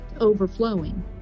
overflowing